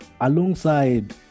alongside